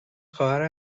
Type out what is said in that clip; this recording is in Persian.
خواهر